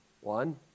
One